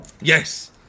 yes